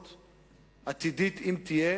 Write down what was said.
שבסיטואציה עתידית כזאת, אם תהיה,